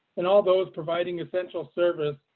and all those providing essential service,